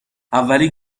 اولی